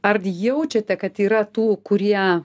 ar jaučiate kad yra tų kurie